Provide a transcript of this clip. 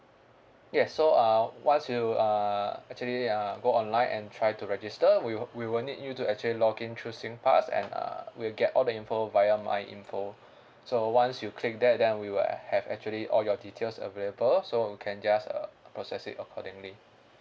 yes so uh once you uh actually uh go online and try to register we will we will need you to actually log in through singpass and uh we'll get all the info via my info so once you click that then we will have actually all your details available so we can just uh process it accordingly